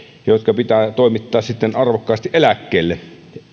jotka pitää toimittaa sitten arvokkaasti eläkkeelle